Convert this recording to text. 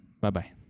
Bye-bye